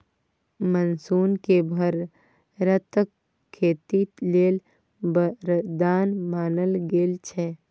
monsoon केँ भारतक खेती लेल बरदान मानल गेल छै